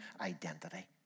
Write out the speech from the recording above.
identity